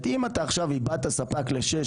אם אתה עכשיו איבדת ספק לשש,